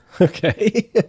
Okay